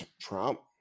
Trump